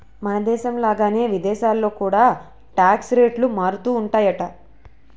మనదేశం లాగానే విదేశాల్లో కూడా టాక్స్ రేట్లు మారుతుంటాయట